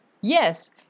Yes